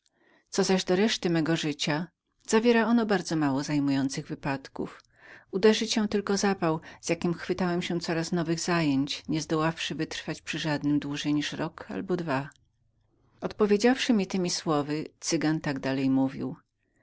co zaś do reszty mego życia zawiera ono bardzo mało zajmujących wypadków uderzy cię tylko zapał z jakim chwytałem się coraz nowego powołania i niesmak z jakim porzucałem go najwięcej po dwóch latach odpowiedziawszy mi temi słowy cygan tak dalej mówił